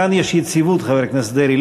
כאן יש יציבות, חבר הכנסת דרעי.